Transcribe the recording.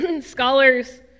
Scholars